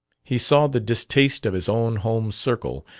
he saw the distaste of his own home circle,